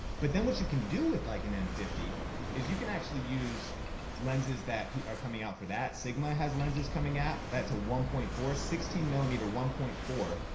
but then what you can do with like an m fifty is you can actually use lenses that are coming out. for that sigma has lenses coming out, that's a one point four sixteen millimeter one point four,